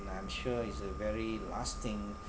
I'm sure it's a very lasting